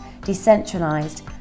decentralised